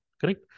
Correct